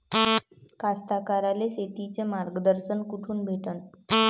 कास्तकाराइले शेतीचं मार्गदर्शन कुठून भेटन?